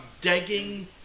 digging